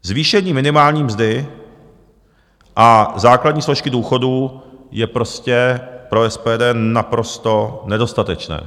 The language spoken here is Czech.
Zvýšení minimální mzdy a základní složky důchodů je prostě pro SPD naprosto nedostatečné.